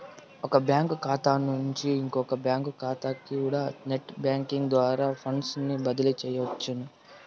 ఒక బ్యాంకు కాతా నుంచి ఇంకో బ్యాంకు కాతాకికూడా నెట్ బ్యేంకింగ్ ద్వారా ఫండ్సుని బదిలీ సెయ్యొచ్చును